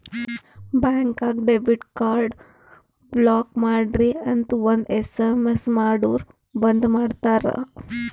ಬ್ಯಾಂಕ್ಗ debit card block ಮಾಡ್ರಿ ಅಂತ್ ಒಂದ್ ಎಸ್.ಎಮ್.ಎಸ್ ಮಾಡುರ್ ಬಂದ್ ಮಾಡ್ತಾರ